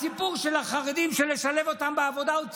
הסיפור של שילוב חרדים בעבודה הוא צביעות,